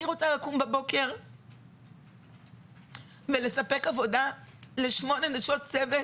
אני רוצה לקום בבוקר ולספק עבודה לשמונה נשות צוות